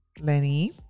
lenny